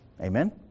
Amen